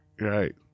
Right